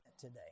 today